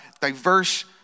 diverse